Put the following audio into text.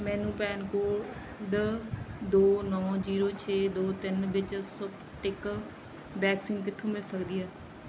ਮੈਨੂੰ ਪੈਨਕੋਡ ਦੋ ਨੌਂ ਜੀਰੋ ਛੇ ਦੋ ਤਿੰਨ ਵਿੱਚ ਸਪੁਟਨਿਕ ਵੈਕਸੀਨ ਕਿੱਥੋਂ ਮਿਲ ਸਕਦੀ ਹੈ